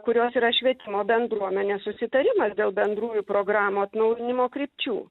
kurios yra švietimo bendruomenės susitarimas dėl bendrųjų programų atnaujinimo krypčių